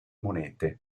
monete